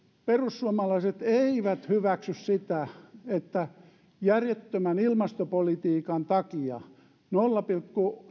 perussuomalaiset eivät hyväksy sitä että järjettömän ilmastopolitiikan takia globaalien päästöjen leikkaamiseksi nolla pilkku